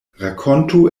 rakontu